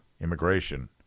immigration